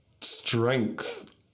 strength